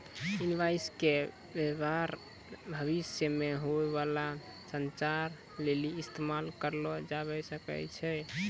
invoice के व्य्वहार भविष्य मे होय बाला संचार लेली इस्तेमाल करलो जाबै सकै छै